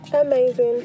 Amazing